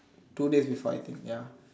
two day before I think ya